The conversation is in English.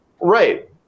right